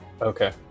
Okay